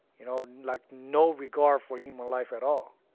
you know, like no regard for human life at all.